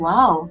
Wow